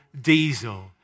diesel